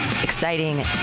Exciting